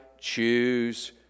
choose